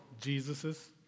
Jesus's